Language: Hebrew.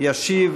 ישיב